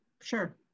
sure